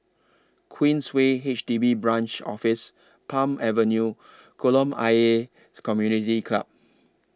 Queensway H D B Branch Office Palm Avenue and Kolam Ayer Community Club